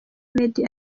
meddy